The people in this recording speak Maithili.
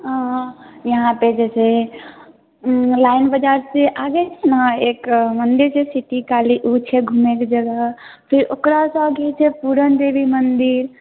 यहाँ पे जे छै मुलायम बाज़ार से आगे छै ने एक मंदिर छै सिटी काली ओ छै घूमएके जगह फेर ओकरासँ आगे छै पूरण देवी मंदिर